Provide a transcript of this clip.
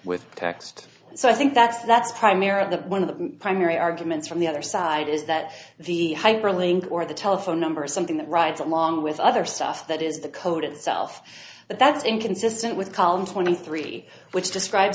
with text so i think that's that's primarily the one of the primary arguments from the other side is that the hyperlink or the telephone number is something that rides along with other stuff that is the code itself but that's inconsistent with column twenty three which describe